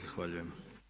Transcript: Zahvaljujem.